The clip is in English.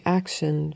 action